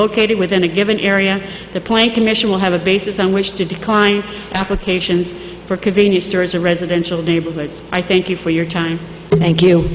located within a given area the point commission will have a basis on which to decline applications for convenience stores or residential neighborhoods i thank you for your time thank you